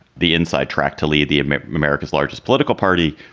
the inside track to lead the america's largest political party.